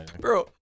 bro